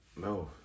No